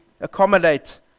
accommodate